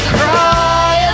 cry